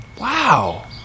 Wow